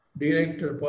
director